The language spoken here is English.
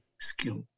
skill